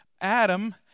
Adam